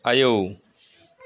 आयौ